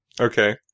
Okay